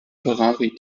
ferrari